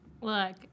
look